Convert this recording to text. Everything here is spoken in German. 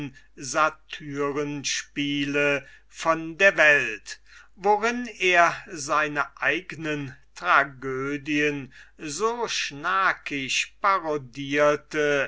possierlichsten satyrenspiele von der welt worin er seine eignen tragödien so schnakisch parodierte